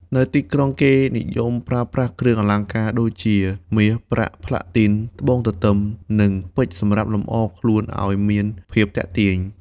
នៅទីក្រុងគេនិយមប្រើប្រាស់គ្រឿងអលង្ការដូចជា មាស ប្រាក់ ផ្លាទីន ត្បូងទទឹម និងពេជ្រសម្រាប់លំអខ្លួនអោយមានភាពទាក់ទាញ។